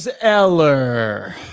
Eller